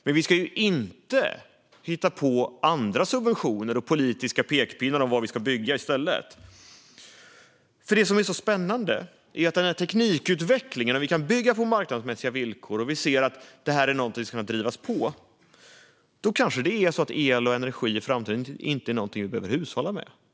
Men vi ska inte hitta på andra subventioner och politiska pekpinnar om vad vi ska bygga i stället. Det är spännande med den teknikutveckling där vi kan bygga på marknadsmässiga villkor och vi ser att det är något som kan drivas på. Kanske el och energi inte är något vi behöver hushålla med i framtiden?